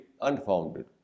unfounded